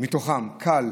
מתוכם קל,